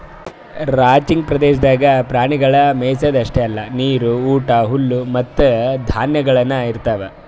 ranching ಪ್ರದೇಶದಾಗ್ ಪ್ರಾಣಿಗೊಳಿಗ್ ಮೆಯಿಸದ್ ಅಷ್ಟೆ ಅಲ್ಲಾ ನೀರು, ಊಟ, ಹುಲ್ಲು ಮತ್ತ ಧಾನ್ಯಗೊಳನು ಇರ್ತಾವ್